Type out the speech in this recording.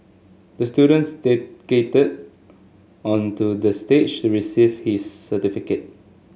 the student stay onto the stage to receive his certificate